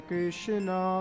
Krishna